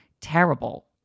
terrible